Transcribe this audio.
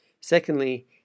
Secondly